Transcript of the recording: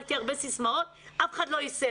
השגתי הרבה סיסמאות ואף אחד לא יישם.